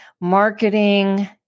marketing